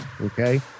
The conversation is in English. okay